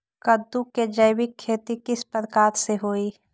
कददु के जैविक खेती किस प्रकार से होई?